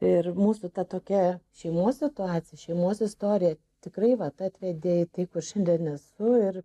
ir mūsų ta tokia šeimos situacija šeimos istorija tikrai vat atvedė į tai kur šiandien esu ir